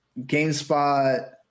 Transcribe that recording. GameSpot